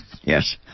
Yes